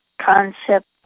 concept